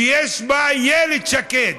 שיש בה איילת שקד,